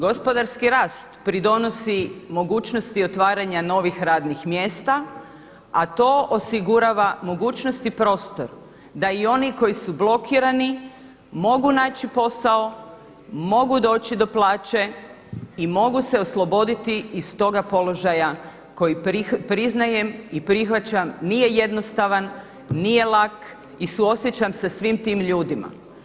Gospodarski rast pridonosi mogućnosti otvaranja novih radnih mjesta a to osigurava mogućnost i prostor da i oni koji su blokirani mogu naći posao, mogu doći do plaće i mogu se osloboditi iz toga položaja koji priznajem i prihvaćam nije jednostavan, nije lak i suosjećam se sa svim tim ljudima.